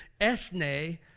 ethne